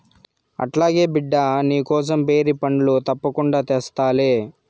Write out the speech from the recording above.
అట్లాగే బిడ్డా, నీకోసం బేరి పండ్లు తప్పకుండా తెస్తాలే